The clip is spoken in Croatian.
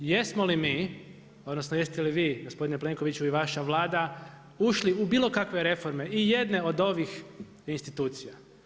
Jesmo li mi odnosno jeste li vi gospodine Plenkoviću i vaša Vlada ušli u bilo kakve reforme i jedne od ovih institucija?